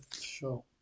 Sure